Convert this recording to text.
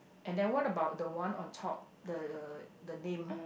and then what about the one on top the the name